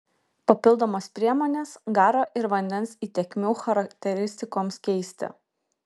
papildomos priemonės garo ir vandens įtekmių charakteristikoms keisti